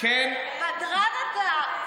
בדרן אתה.